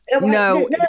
No